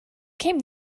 came